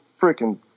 freaking